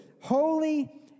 Holy